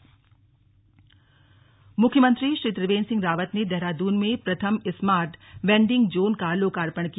vending zone मुख्यमंत्री श्री त्रिवेन्द्र सिंह रावत ने देहरादून में प्रथम स्मार्ट वेंडिंग जोन का लोकार्पण किया